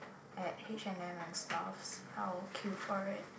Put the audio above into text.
at H and M and stuffs I would queue for it